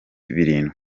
birindwi